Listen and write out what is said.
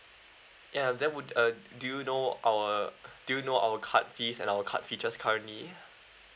ya that would uh do you know our do you know our card fees and our card features currently